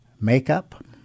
Makeup